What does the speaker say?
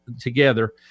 together